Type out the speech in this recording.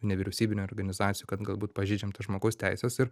nevyriausybinių organizacijų kad galbūt pažeidžiam tas žmogaus teises ir